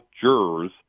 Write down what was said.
jurors